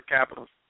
Capitals